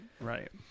right